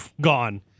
gone